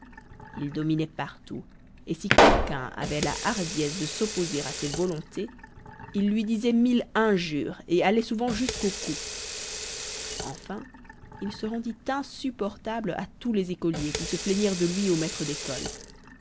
il dominait partout et si quelqu'un avait la hardiesse de s'opposer à ses volontés il lui disait mille injures et allait souvent jusqu'aux coups enfin il se rendit insupportable à tous les écoliers qui se plaignirent de lui au maître d'école